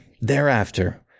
Thereafter